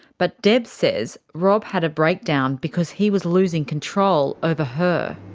but deb says rob had a breakdown because he was losing control over her.